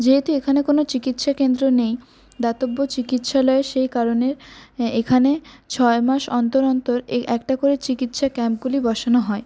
যেহেতু এখানে কোনও চিকিৎসাকেন্দ্র নেই দাতব্য চিকিৎসালয় সেই কারণে এখানে ছয় মাস অন্তর অন্তর একটা করে চিকিৎসা ক্যাম্পগুলি বসানো হয়